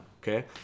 Okay